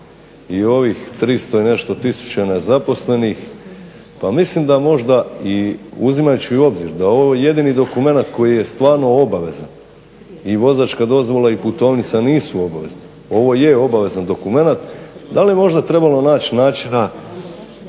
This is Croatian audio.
o ovih 300 i nešto tisuća nezaposlenih pa mislim da možda i uzimajući u obzir da je ovo jedini dokumenat koji je stvarno obavezan i vozačka dozvola i putovnica nisu obavezni ovo je obavezan dokumenat da li je možda trebalo naći načina